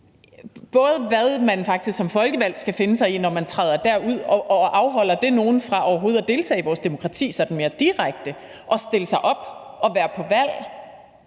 både hvad man som folkevalgt faktisk skal finde sig i, når man træder derud – og afholder det nogle fra overhovedet at deltage i vores demokrati sådan mere direkte og stille sig op og være på valg?